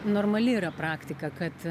normali praktika kad